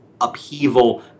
upheaval